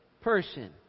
person